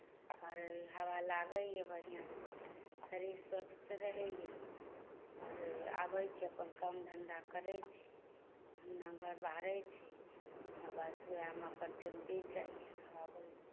आओर हवा लागैए बढ़िआँसँ शरीर स्वस्थ रहैए आओर आबैत छी अपन काम धन्धा करैत छी अङ्गना घर बहारैत छी आ बस उएहमे अपन टाइम बीत जाइए